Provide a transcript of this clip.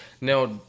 Now